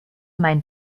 mein